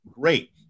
Great